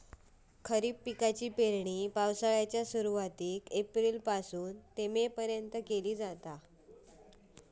खरीप पिकाची पेरणी पावसाळ्याच्या सुरुवातीला एप्रिल पासून ते मे पर्यंत केली जाता